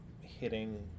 hitting